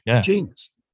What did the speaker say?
genius